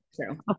true